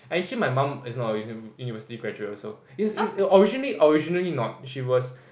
actually my mum is one of a University graduate also is is originally originally not she was